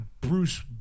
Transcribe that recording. Bruce